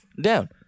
down